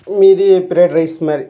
மீதி fried rice மாதிரி